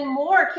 more